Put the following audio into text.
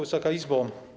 Wysoka Izbo!